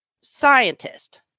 scientist